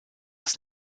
das